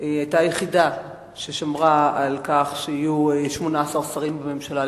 היא היתה היחידה ששמרה על כך שיהיו 18 שרים בממשלה,